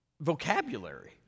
vocabulary